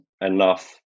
enough